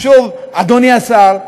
אז שוב, אדוני השר,